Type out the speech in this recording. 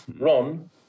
Ron